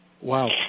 Wow